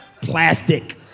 plastic